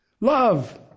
love